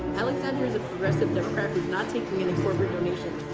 alexandria is a progressive democrat who's not taking any corporate donations.